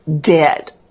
dead